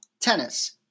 tennis